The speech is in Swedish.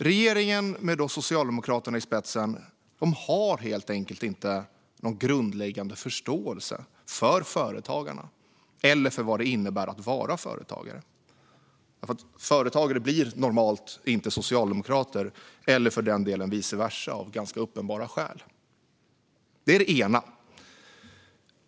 Regeringen, med Socialdemokraterna i spetsen, har helt enkelt inte någon grundläggande förståelse för företagarna eller för vad det innebär att vara företagare. Företagare blir normalt inte socialdemokrater eller vice versa, för den delen, av ganska uppenbara skäl. Det är det ena.